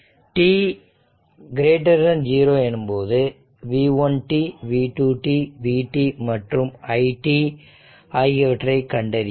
t 0 எனும்போது v1 t v2 t vt மற்றும் i t ஆகியவற்றை கண்டறியவும்